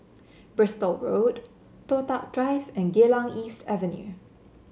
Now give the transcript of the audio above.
Bristol Road Toh Tuck Drive and Geylang East Avenue